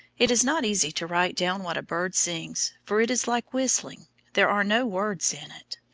it is not easy to write down what a bird sings, for it is like whistling there are no words in it.